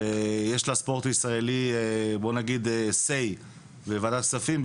ויש לספורט הישראלי אמירה בוועדת הכספים,